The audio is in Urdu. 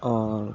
اور